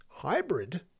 hybrid